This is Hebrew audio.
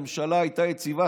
הממשלה הייתה יציבה,